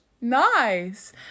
Nice